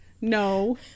No